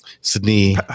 Sydney